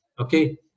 okay